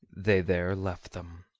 they there left them.